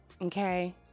Okay